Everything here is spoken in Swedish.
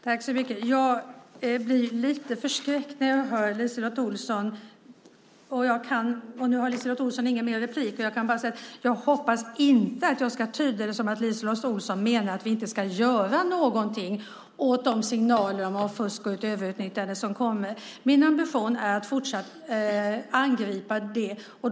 Herr talman! Jag blir lite förskräckt när jag hör LiseLotte Olsson. Jag kan bara säga att jag hoppas att jag inte ska behöva tyda det som att LiseLotte Olsson menar att vi inte ska göra någonting åt de signaler om fusk och överutnyttjande som kommer. Min ambition är att fortsatt angripa det.